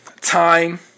time